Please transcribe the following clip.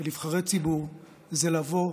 כנבחרי ציבור זה לבוא